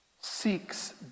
seeks